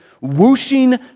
whooshing